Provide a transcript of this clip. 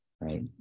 right